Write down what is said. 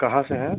कहाँ से है